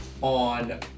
on